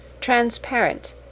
transparent